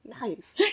Nice